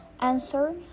answer